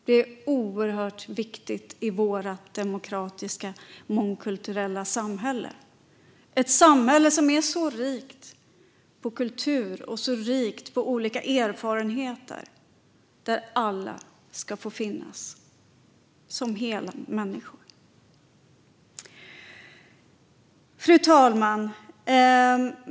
Det är oerhört viktigt i vårt demokratiska och mångkulturella samhälle, ett samhälle som är så rikt på kultur och på olika erfarenheter och där alla ska få finnas som hela människor. Fru talman!